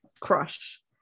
crush